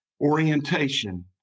orientation